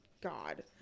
God